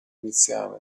iniziale